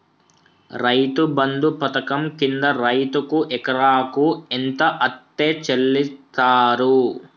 రైతు బంధు పథకం కింద రైతుకు ఎకరాకు ఎంత అత్తే చెల్లిస్తరు?